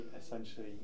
essentially